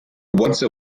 once